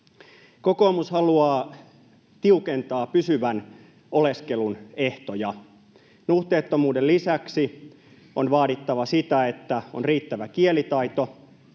Kokoomus haluaa tiukentaa pysyvän oleskelun ehtoja. Nuhteettomuuden lisäksi on vaadittava sitä, että on riittävä kielitaito